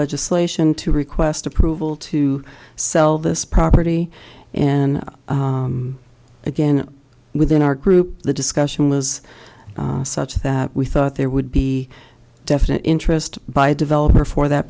legislation to request approval to sell this property and again within our group the discussion was such that we thought there would be definite interest by the developer for that